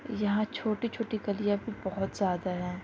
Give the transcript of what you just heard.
یہاں چھوٹی چھوٹی گلیاں بھی بہت زیادہ ہیں